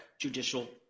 judicial